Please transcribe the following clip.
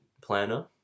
planner